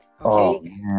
okay